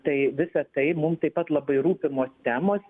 tai visa tai mum taip pat labai rūpimos temos